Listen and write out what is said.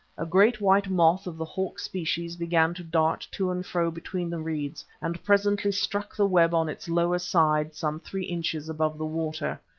a great, white moth of the hawk species began to dart to and fro between the reeds, and presently struck the web on its lower side some three inches above the water.